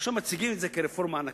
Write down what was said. עכשיו מציגים את זה כרפורמה ענקית.